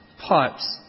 pipes